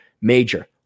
major